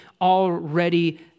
already